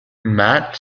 matt